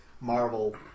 Marvel